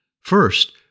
First